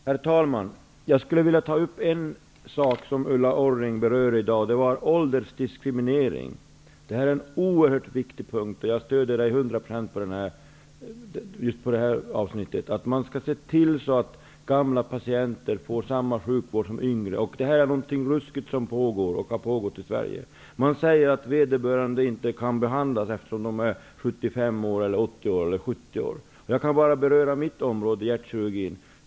Herr talman! Jag skulle vilja ta upp en fråga som Ulla Orring berör i dag, nämligen åldersdiskriminering. Det här är en oerhört viktig fråga, och jag stödjer Ulla Orring till 100 % just i denna fråga. Vi skall se till så att gamla patienter får samma sjukvård som yngre. Det som pågår och har pågått i Sverige är ruskigt. Man anser att patienter inte kan behandlas om de är 70, 75 eller Jag kan tala om mitt område -- hjärtkirurgin.